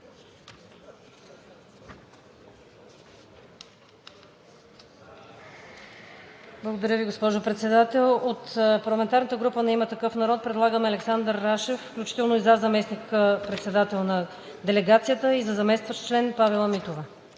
Благодаря Ви, госпожо Председател. От парламентарната група на „Има такъв народ“ предлагаме Александър Рашев, включително и за заместник-председател на делегацията, и за заместващ член Павела Митова.